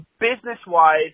business-wise